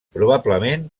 probablement